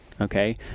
okay